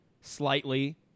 Slightly